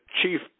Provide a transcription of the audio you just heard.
chief